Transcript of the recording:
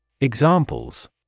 Examples